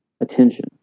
attention